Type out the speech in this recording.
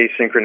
asynchronous